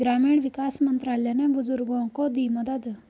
ग्रामीण विकास मंत्रालय ने बुजुर्गों को दी मदद